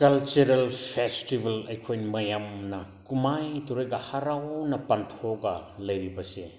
cultural festival ꯑꯩꯈꯣꯏ ꯃꯌꯥꯝꯅ ꯀꯃꯥꯏꯅ ꯇꯧꯔꯒ ꯍꯔꯥꯎꯅ ꯄꯥꯡꯊꯣꯛꯑꯒ ꯂꯩꯔꯤꯕꯁꯦ